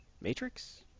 Matrix